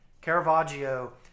Caravaggio